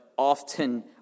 often